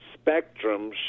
spectrum